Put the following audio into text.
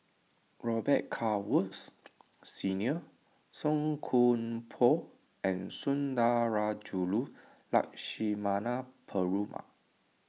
Robet Carr Woods Senior Song Koon Poh and Sundarajulu Lakshmana Perumal